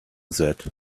that